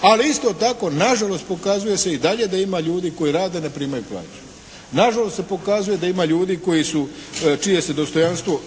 Ali isto tako nažalost pokazuje se i dalje da ima ljudi koji rade a ne primaju plaću. Nažalost se pokazuje da ima ljudi koji su, čije se dostojanstvo